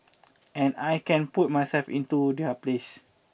and I can put myself into their place